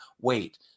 wait